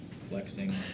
flexing